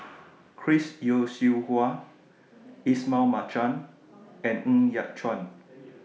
Chris Yeo Siew Hua Ismail Marjan and Ng Yat Chuan